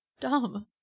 dumb